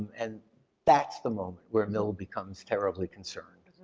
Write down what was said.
and that's the moment where mill becomes terribly concerned.